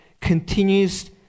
continues